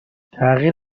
تغییر